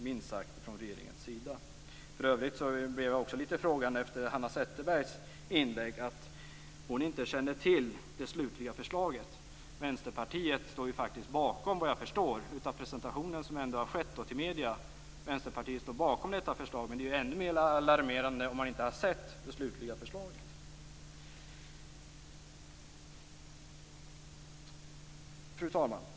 För övrigt känner jag mig också litet frågande efter Hanna Zetterbergs inlägg där hon sade att hon inte känner till det slutliga förslaget. Vad jag förstår av presentationen som har skett till medierna står ju faktiskt Vänsterpartiet bakom detta förslag. Då känns det ännu mer alarmerande om hon inte har sett det slutliga förslaget. Fru talman!